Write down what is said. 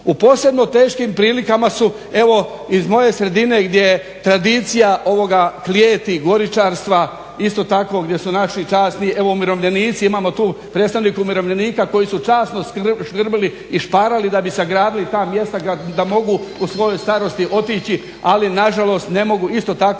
U posebno teškim prilikama su, evo iz moje sredini gdje je tradicija ovoga klijeti, goričarstva isto tako gdje su naši časni, evo umirovljenici imamo tu predstavnika umirovljenika, koji su časno skrbili i šparali da bi sagradili ta mjesta da mogu u svojoj starosti otići ali nažalost ne mogu isto tako